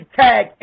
tag